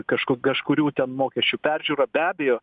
kažku kažkurių ten mokesčių peržiūra be abejo